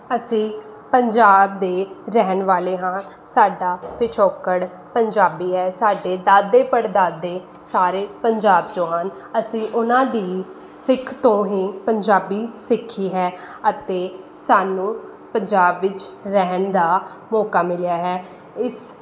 ਅਸੀਂ ਪੰਜਾਬ ਦੇ ਰਹਿਣ ਵਾਲੇ ਹਾਂ ਸਾਡਾ ਪਿਛੋਕੜ ਪੰਜਾਬੀ ਹੈ ਸਾਡੇ ਦਾਦੇ ਪੜਦਾਦੇ ਸਾਰੇ ਪੰਜਾਬ ਚੋ ਹਨ ਅਸੀਂ ਉਹਨਾਂ ਦੀ ਸਿੱਖ ਤੋਂ ਹੀ ਪੰਜਾਬੀ ਸਿੱਖੀ ਹੈ ਅਤੇ ਸਾਨੂੰ ਪੰਜਾਬ ਵਿੱਚ ਰਹਿਣ ਦਾ ਮੌਕਾ ਮਿਲਿਆ ਹੈ ਇਸ